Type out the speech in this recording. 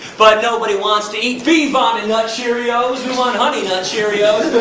but nobody wants to eat bee-vomit nut cheerios, we want honey nut cheerios